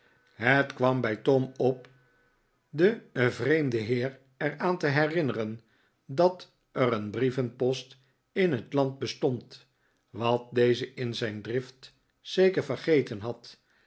het kwam bij tom op den vreemden heer er aan te herinneren dat er een brievenpost in het land bestond wat deze in zijn drift zeker vergeten had